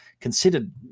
considered